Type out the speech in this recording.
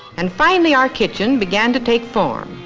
and finally our kitchen began to take form.